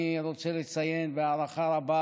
אני רוצה לציין בהערכה רבה